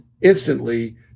instantly